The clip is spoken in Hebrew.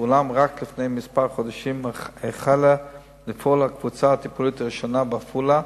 אולם רק לפני כמה חודשים החלה לפעול הקבוצה הטיפולית הראשונה בעפולה,